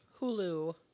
Hulu